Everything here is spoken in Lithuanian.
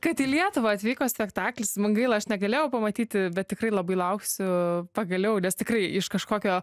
kad į lietuvą atvyko spektaklis man gaila aš negalėjau pamatyti bet tikrai labai lauksiu pagaliau nes tikrai iš kažkokio